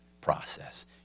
process